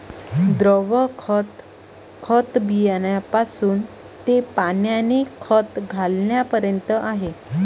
द्रव खत, खत बियाण्यापासून ते पाण्याने खत घालण्यापर्यंत आहे